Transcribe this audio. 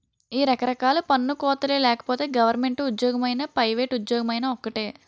ఈ రకరకాల పన్ను కోతలే లేకపోతే గవరమెంటు ఉజ్జోగమైనా పైవేట్ ఉజ్జోగమైనా ఒక్కటే